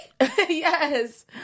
Yes